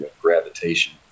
gravitation